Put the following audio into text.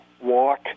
walk